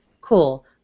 cool